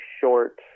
short